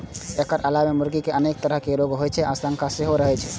एकर अलावे मुर्गी कें अनेक तरहक रोग होइ के आशंका सेहो रहै छै